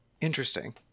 interesting